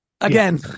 Again